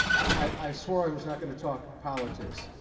i swore i was not going to talk politics.